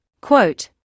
Quote